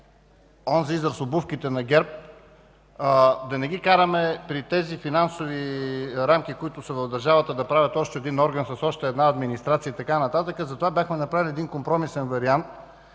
онзи израз „обувките на ГЕРБ”, да не ги караме при тези финансови рамки, които са в държавата, да правят още един орган, с още една администрация и така нататък, затова бяхме направили един компромисен вариант,